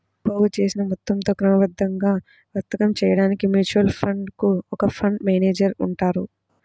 పోగుచేసిన మొత్తంతో క్రమబద్ధంగా వర్తకం చేయడానికి మ్యూచువల్ ఫండ్ కు ఒక ఫండ్ మేనేజర్ ఉంటారు